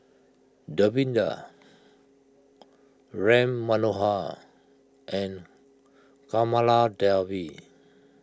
Davinder Ram Manohar and Kamaladevi